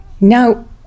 Now